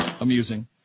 amusing